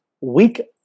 week